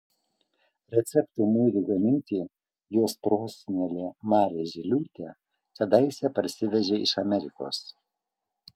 receptų muilui gaminti jos prosenelė marė žiliūtė kadaise parsivežė iš amerikos